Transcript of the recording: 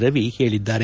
ರವಿ ಹೇಳಿದ್ದಾರೆ